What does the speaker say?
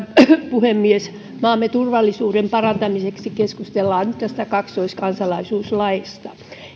puhemies maamme turvallisuuden parantamiseksi keskustellaan nyt tästä kaksoiskansalaisuuslaista